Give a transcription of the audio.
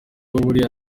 buriya